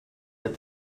that